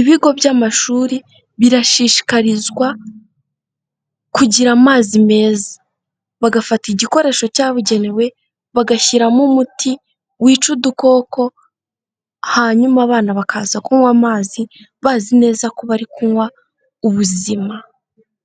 Ibigo by'amashuri, birashishikarizwa kugira amazi meza. Bagafata igikoresho cyabugenewe bagashyiramo umuti wica udukoko, hanyuma abana bakaza kunywa amazi bazi neza ko bari kunywa ubuzima,